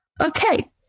okay